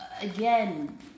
again